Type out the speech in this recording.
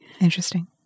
Interesting